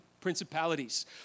principalities